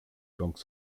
banques